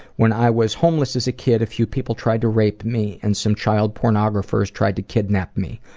when i was homeless as a kid, a few people tried to rape me and some child pornographers tried to kidnap me.